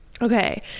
okay